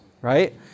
right